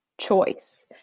choice